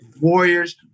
Warriors